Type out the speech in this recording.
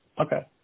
Okay